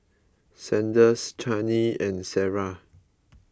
Sanders Chaney and Sarrah